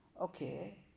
Okay